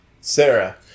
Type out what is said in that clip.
Sarah